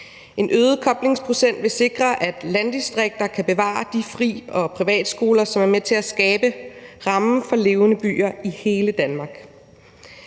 En øget koblingsprocent vil sikre, at landdistrikter kan bevare de fri- og privatskoler, som er med til at skabe rammen for levende byer i hele Danmark.